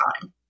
time